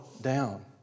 down